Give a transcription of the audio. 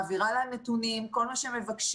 אני מעבירה להם נתונים, כל מה שמבקשים.